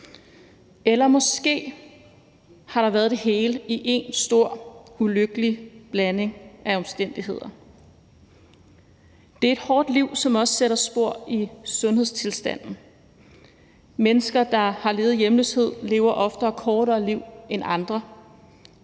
Eller måske har der været det hele i en stor, ulykkelig blanding af omstændigheder. Det er et hårdt liv, som også sætter spor i sundhedstilstanden. Mennesker, der har levet i hjemløshed, lever oftere kortere liv end andre.